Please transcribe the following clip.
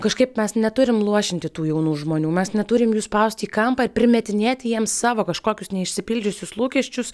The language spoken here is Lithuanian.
kažkaip mes neturim luošinti tų jaunų žmonių mes neturim jų spausti į kampą ir primetinėti jiems savo kažkokius neišsipildžiusius lūkesčius